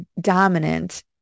dominant